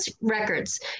records